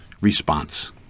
response